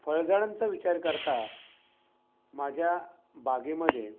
फळझाडांचा विचार करता माझ्या बागेमध्ये